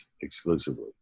exclusively